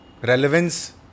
Relevance